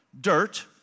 dirt